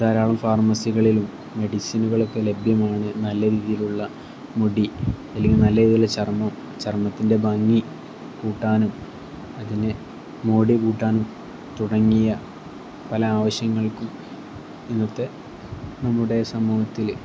ധാരാളം ഫാർമസികളിലും മെഡിസിനുകളൊക്കെ ലഭ്യമാണ് നല്ല രീതിയിലുള്ള മുടി അല്ലെങ്കിൽ നല്ല രീതിയിലുള്ള ചർമ്മം ചർമ്മത്തിൻ്റെ ഭംഗി കൂട്ടാനും അതിന് മോടി കൂട്ടാനും തുടങ്ങിയ പല ആവശ്യങ്ങൾക്കും ഇന്നത്തെ നമ്മുടെ സമൂഹത്തിൽ